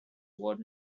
was